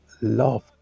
love